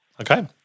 Okay